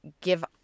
give